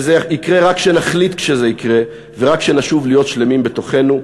וזה יקרה רק כשנחליט שזה יקרה ורק כשנשוב להיות שלמים בתוכנו,